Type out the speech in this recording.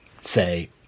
say